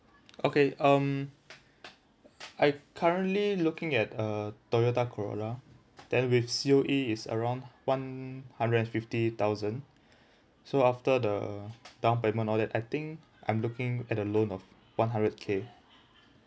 okay um I currently looking at a Toyota Corolla then with C_O_E it's around one hundred and fifty thousand so after the down payment all that I think I'm looking at the loan of one hundred K